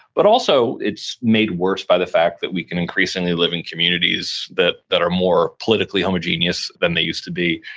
but also it's made worse by the fact that we can increasingly live in communities that that are more politically homogeneous than they used to be.